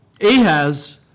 Ahaz